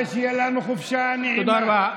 שתהיה לנו חופשה נעימה.